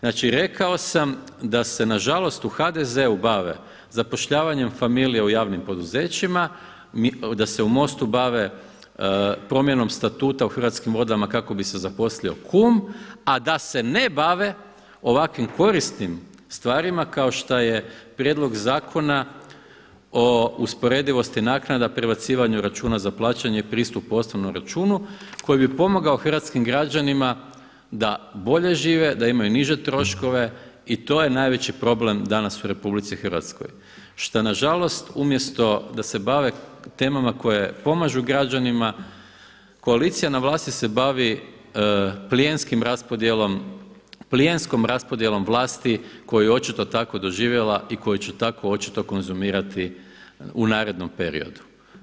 Znači rekao sam da se nažalost u HDZ-u bave zapošljavanjem familije u javnim poduzećima, da se u MOST-u bave promjenom statuta u Hrvatskim vodama kako bi se zaposlio kum a da se ne bave ovakvim korisnim stvarima kao što je Prijedlog zakona o usporedivosti naknada, prebacivanju računa za plaćanje i pristup osnovnom računu koji bi pomogao hrvatskim građanima da bolje žive, da imaju niže troškove i to je najveći problem danas u RH, šta nažalost umjesto da se bave temama koje pomažu građanima, koalicija na vlasti se bavi plijenskom raspodjelom vlasti koju je očito tako doživjela i koju će tako očito konzumirati u narednom periodu.